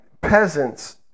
peasants